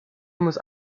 muss